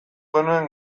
genuen